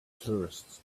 tourists